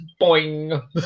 boing